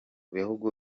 bihugu